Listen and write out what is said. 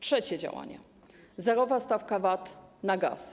Trzecie działanie: zerowa stawka VAT na gaz.